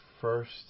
first